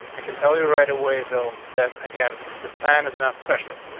i can tell you right away, though, that again the span is not special.